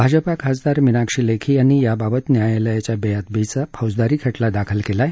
भाजपा खासदार मिनाक्षी लेखी यांनी याबाबत न्यायालयाच्या बेअदबीचा फौजदारी खटला दाखल केला आहे